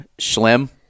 Schlem